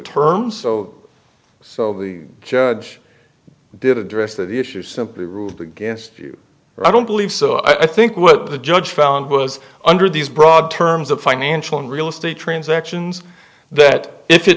terms of so the judge did address that issue simply ruled against you i don't believe so i think what the judge found was under these broad terms of financial and real estate transactions that if it